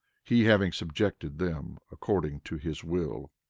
he having subjected them according to his will.